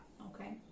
okay